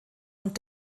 und